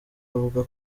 avuga